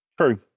True